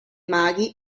maghi